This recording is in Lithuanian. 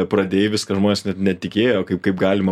pradėjai viską žmonės net netikėjo kaip kaip galima